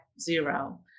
zero